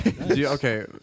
Okay